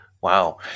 Wow